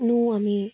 নো আমি